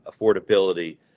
affordability